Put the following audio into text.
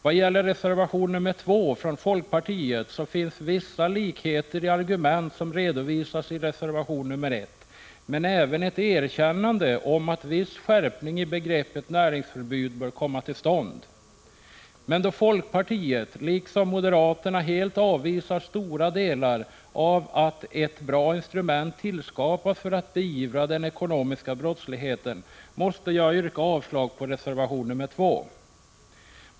Vad gäller reservation nr 2 från folkpartiet, så finns vissa likheter med de argument som redovisas i reservation nr 1, men även ett erkännande om att viss skärpning av begreppet näringsförbud bör komma till stånd. Då emellertid folkpartiet, liksom moderata samlingspartiet, till stor del avvisar åstadkommandet av ett bra instrument för att beivra den ekonomiska brottsligheten, måste jag yrka avslag på reservation nr 2.